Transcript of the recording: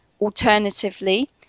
Alternatively